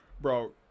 Bro